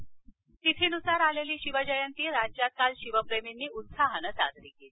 शिवजयंती तिथीनुसार आलेली शिवजयंती राज्यात काल शिवप्रेमींनी उत्साहानं साजरी केली